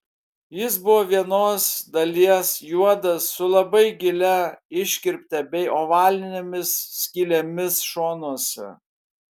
jis buvo vienos dalies juodas su labai gilia iškirpte bei ovalinėmis skylėmis šonuose